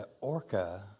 orca